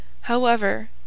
However